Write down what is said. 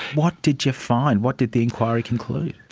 what did you find, what did the inquiry conclude?